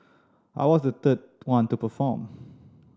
I was the third one to perform